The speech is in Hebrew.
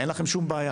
אין לכם שום בעיה.